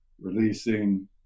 releasing